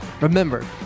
Remember